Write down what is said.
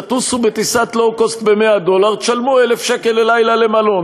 תטוסו בטיסת low cost ב-100 דולר ותשלמו 1,000 שקל ללילה למלון.